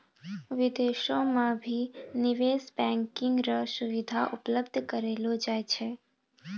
विदेशो म भी निवेश बैंकिंग र सुविधा उपलब्ध करयलो जाय छै